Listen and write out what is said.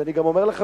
ואני גם אומר לך,